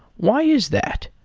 why is that?